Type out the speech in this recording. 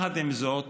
עם זאת,